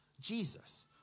Jesus